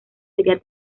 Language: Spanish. sería